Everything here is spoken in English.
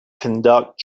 conduct